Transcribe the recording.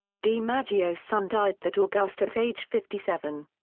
dimaggio's son died that august at age fifty seven.